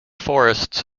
forests